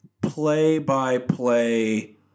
play-by-play